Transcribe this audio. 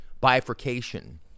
bifurcation